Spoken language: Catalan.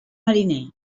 mariner